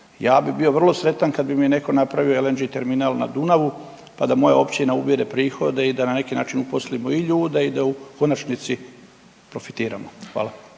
Ja bih bio vrlo sretan kada bi mi netko napravio LNG terminal na Dunavu pa da moja općina ubire prihode i da na neki način uposlimo i ljude i da u konačnici profitiramo. Hvala.